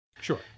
Sure